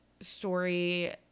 story